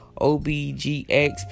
OBGX